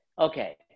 Okay